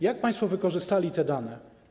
Jak państwo wykorzystali te dane?